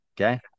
Okay